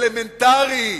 אלמנטרי.